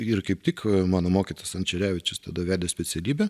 ir kaip tik mano mokytojas ančerevičius tada vedė specialybę